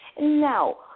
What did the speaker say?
No